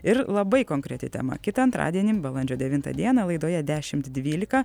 ir labai konkreti tema kitą antradienį balandžio devintą dieną laidoje dešimt dvylika